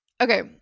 okay